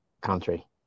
country